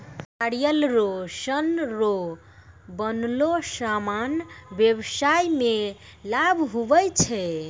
नारियल रो सन रो बनलो समान व्याबसाय मे लाभ हुवै छै